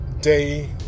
day